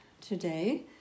today